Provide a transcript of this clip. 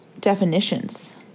definitions